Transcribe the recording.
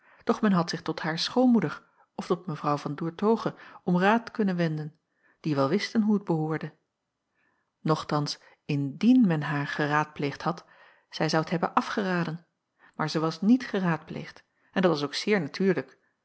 doch men had zich tot haar schoonmoeder of tot mevrouw van doertoghe om raad kunnen wenden die wel wisten hoe t behoorde nogtans indien men haar geraadpleegd had zij zou t hebben afgeraden maar zij was niet geraadpleegd en dat was ook zeer natuurlijk